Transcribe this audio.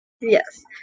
Yes